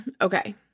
okay